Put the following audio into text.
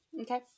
okay